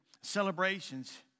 celebrations